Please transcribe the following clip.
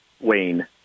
Wayne